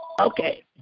Okay